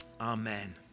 Amen